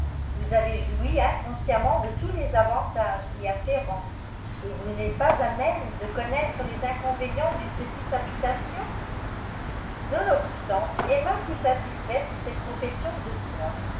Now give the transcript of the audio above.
vous avez joui inconsciemment de tous les avantages y afférents et vous n'êtes pas à même de connaître les inconvénients d'une petite habitation nonobstant emma fut satisfaite de cette profession de foi